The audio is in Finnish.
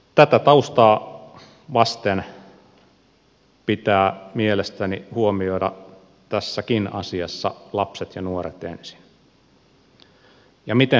tätä taustaa vasten pitää mielestäni huomioida tässäkin asiassa lapset ja nuoret ensin ja miten se tehdään